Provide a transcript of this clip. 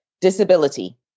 disability